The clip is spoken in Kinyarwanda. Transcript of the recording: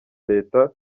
leta